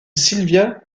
silvia